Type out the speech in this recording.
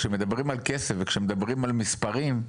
כשמדברים על כסף וכשמדברים על מספרים,